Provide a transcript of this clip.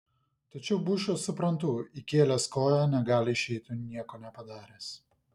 tačiau bušą suprantu įkėlęs koją negali išeiti nieko nepadaręs